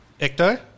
Ecto